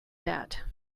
that